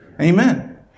Amen